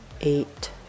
eight